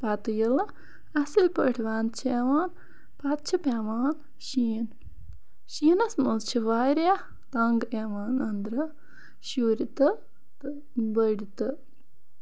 پَتہٕ ییٚلہِ اَصٕل پٲٹھۍ وَندٕ چھُ یِوان پَتہٕ چھُ پیوان شیٖن شیٖنَس منٛز چھُ واریاہ تَنگ یِوان أندرٕ شُرۍ تہٕ تہٕ بٔڑۍ تہٕ